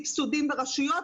וחצי סבסודים ברשויות.